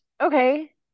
okay